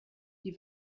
die